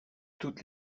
toutes